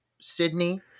Sydney